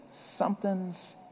something's